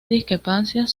discrepancias